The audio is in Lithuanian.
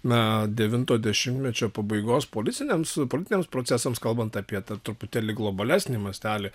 na devinto dešimtmečio pabaigos politiniams politiniams procesams kalbant apie tą truputėlį globalesnį mastelį